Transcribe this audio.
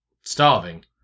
Starving